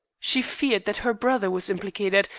she feared that her brother was implicated,